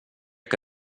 que